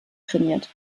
trainiert